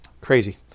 crazy